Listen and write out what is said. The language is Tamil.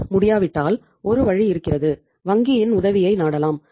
அது முடியாவிட்டால் ஒரு வழி இருக்கிறது வங்கியின் உதவியை நாடலாம்